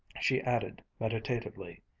she added meditatively,